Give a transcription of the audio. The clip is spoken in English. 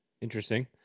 Interesting